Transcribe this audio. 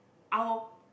our